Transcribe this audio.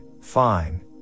fine